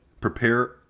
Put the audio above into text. prepare